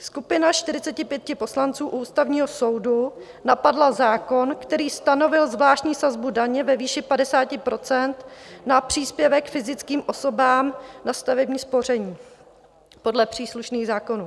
Skupina 45 poslanců u Ústavního soudu napadla zákon, který stanovil zvláštní sazbu daně ve výši 50 % na příspěvek fyzickým osobám na stavební spoření podle příslušných zákonů.